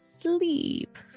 sleep